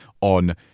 on